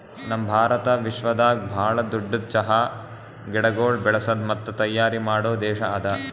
ನಮ್ ಭಾರತ ವಿಶ್ವದಾಗ್ ಭಾಳ ದೊಡ್ಡುದ್ ಚಹಾ ಗಿಡಗೊಳ್ ಬೆಳಸದ್ ಮತ್ತ ತೈಯಾರ್ ಮಾಡೋ ದೇಶ ಅದಾ